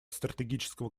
стратегического